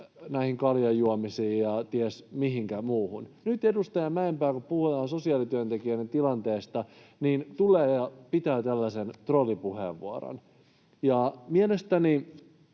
näihin kaljanjuomisiin ja ties mihinkä muuhun. Nyt edustaja Mäenpää, kun puhutaan sosiaalityöntekijöiden tilanteesta, tulee ja pitää tällaisen trollipuheenvuoron. Mielestäni